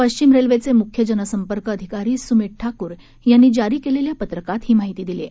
पश्चिम रेल्वेचे मुख्य जनसंपर्क अधिकारी सुमित ठाकूर यांनी जारी केलेल्या पत्रकात ही माहिती दिली आहे